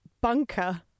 bunker